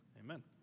Amen